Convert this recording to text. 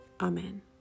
Amen